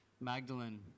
Magdalene